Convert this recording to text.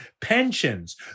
pensions